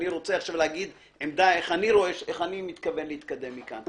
אני רוצה עכשיו להגיד עמדה איך אני מתכוון להתקדם מכאן.